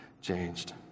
changed